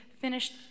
finished